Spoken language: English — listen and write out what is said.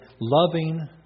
loving